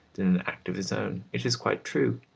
than an act of his own it is quite true.